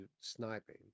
sniping